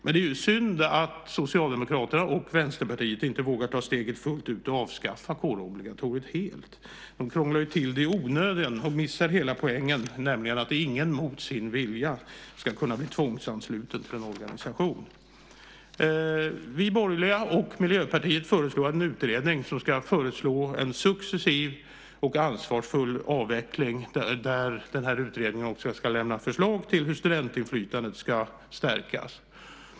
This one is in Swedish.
Det är synd att Socialdemokraterna och Vänsterpartiet inte vågar ta steget fullt ut och avskaffa kårobligatoriet helt. De krånglar till det i onödan och missar hela poängen, nämligen att ingen mot sin vilja ska kunna bli tvångsansluten till en organisation. Vi borgerliga och Miljöpartiet föreslår en utredning som ska komma med ett förslag om en successiv och ansvarsfull avveckling. Den här utredningen ska också lämna förslag om hur studentinflytandet ska stärkas.